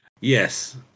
Yes